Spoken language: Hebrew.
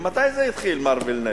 מתי זה התחיל, מר וילנאי?